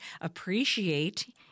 appreciate